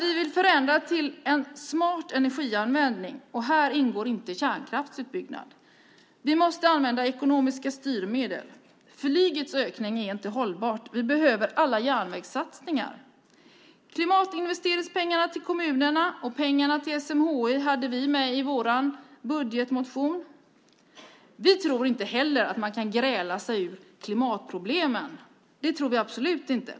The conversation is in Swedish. Vi vill förändra till en smart energianvändning, och här ingår inte kärnkraftsutbyggnad. Vi måste använda ekonomiska styrmedel. Flygets ökning är inte hållbar. Vi behöver alla järnvägssatsningar. Klimatinvesteringspengarna till kommunerna och pengarna till SMHI hade vi med i vår budgetmotion. Vi tror inte heller att man kan gräla sig ur klimatproblemen. Det kan man absolut inte.